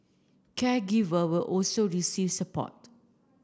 caregiver will also receive support